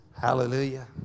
Hallelujah